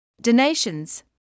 Donations